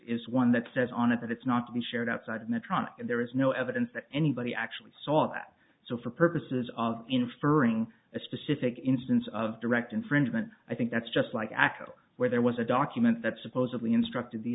is one that says on it that it's not to be shared outside medtronic and there is no evidence that anybody actually saw that so for purposes of inferring a specific instance of direct infringement i think that's just like akhil where there was a document that supposedly instructed the